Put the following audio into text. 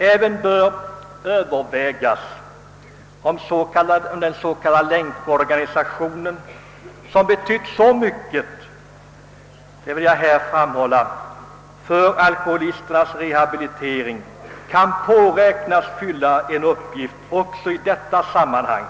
Även bör övervägas om den s.k. länkorganisationen, som betytt så mycket — det vill jag här framhålla — för alkoholisters rehabilitering, kan påräknas fylla en uppgift också i detta sammanhang.